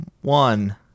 one